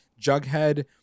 Jughead